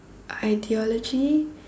ideology